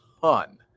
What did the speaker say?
ton